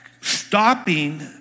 stopping